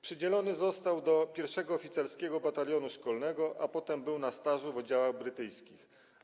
Przydzielony został do I Oficerskiego Batalionu Szkolnego, a potem był na stażu w oddziałach brytyjskich.